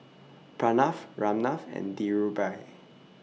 Pranav Ramnath and Dhirubhai